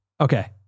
Okay